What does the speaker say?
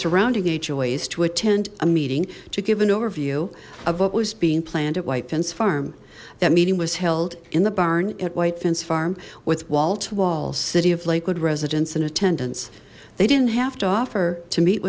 surrounding a choice to attend a meeting to give an overview of what was being planned at white fence farm that meeting was held in the barn at white fence farm with wall to wall city of lakewood residents and attendants they didn't have to offer to meet